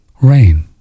RAIN